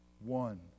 one